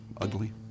Ugly